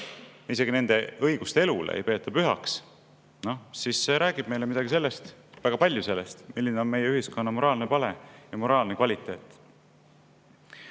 isegi nende õigust elule ei peeta pühaks, siis see räägib meile midagi või õigemini väga palju sellest, milline on meie ühiskonna moraalne pale ja meie moraali kvaliteet. Nüüd,